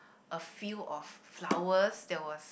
a field of flowers that was